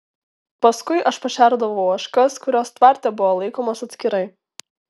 paskui aš pašerdavau ožkas kurios tvarte buvo laikomos atskirai